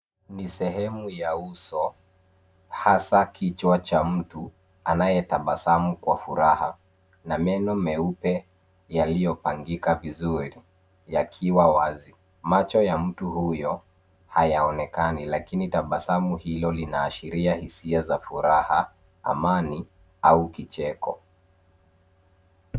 Ni sehemu ya uso, hasaa kichwa cha mtu anayetabasamu kwa furaha na meno meupe yaliyopangika vizuri yakiwa wazi. Macho ya mtu huyo hayaonekani lakini tabasamu hili linaashiria hisia za furaha, amani au kicheko.